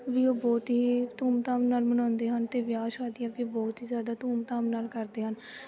ਵੀ ਉਹ ਬਹੁਤ ਹੀ ਧੂਮ ਧਾਮ ਨਾਲ ਮਨਾਉਂਦੇ ਹਨ ਅਤੇ ਵਿਆਹ ਸ਼ਾਦੀਆਂ ਵੀ ਬਹੁਤ ਹੀ ਜ਼ਿਆਦਾ ਧੂਮ ਧਾਮ ਨਾਲ ਕਰਦੇ ਹਨ